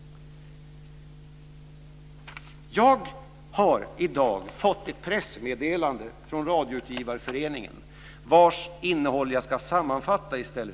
Jag har i dag läst ett pressmeddelande från Radioutgivareföreningen vars innehåll jag ska sammanfatta.